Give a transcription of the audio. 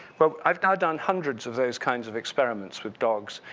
well, i've now done hundreds of those kinds of experiments with dogs.